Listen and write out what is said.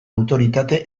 autoritate